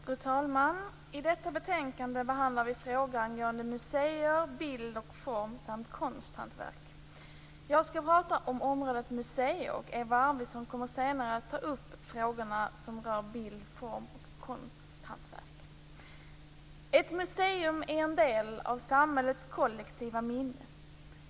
Fru talman! I detta betänkande behandlas frågor angående museer, bild och form samt konsthantverk. Jag skall prata om området museer. Eva Arvidsson kommer senare att ta upp de frågor som rör bild, form och konsthantverk. Ett museum är en del av samhällets kollektiva minne.